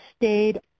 stayed